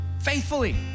faithfully